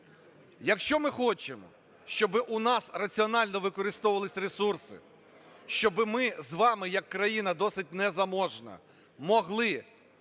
якщо ми хочемо, щоб у нас раціонально використовувалися ресурси, щоби ми з вами як країна досить незаможна могли